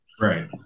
Right